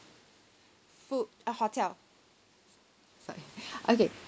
food uh hotel sorry okay